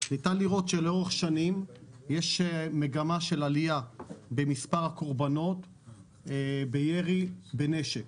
ניתן לראות לאורך שנים שיש מגמה של עלייה במספר הקורבנות בירי בנשק.